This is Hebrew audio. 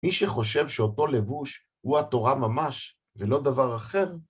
מי שחושב שאותו לבוש הוא התורה ממש, ולא דבר אחר, ...